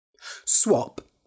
Swap